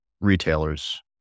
retailers